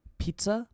pizza